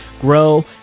grow